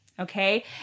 Okay